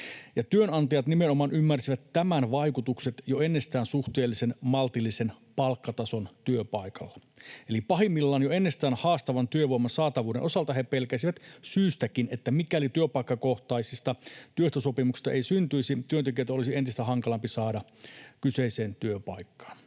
Työnantajat nimenomaan ymmärsivät tämän vaikutukset jo ennestään suhteellisen maltillisen palkkatason työpaikalla. Eli pahimmillaan jo ennestään haastavan työvoiman saatavuuden osalta he pelkäsivät syystäkin, että mikäli työpaikkakohtaista työehtosopimusta ei syntyisi, työntekijöitä olisi entistä hankalampi saada kyseiseen työpaikkaan.